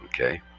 okay